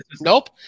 Nope